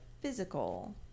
physical